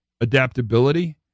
adaptability